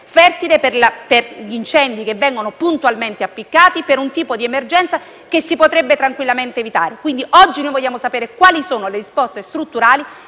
fertile per gli incendi che vengono puntualmente appiccati e per un tipo di emergenza che si potrebbe tranquillamente evitare. Oggi noi vogliamo sapere quali sono le risposte strutturali